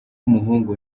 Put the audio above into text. umuhungu